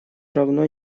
равно